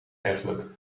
eigenlijk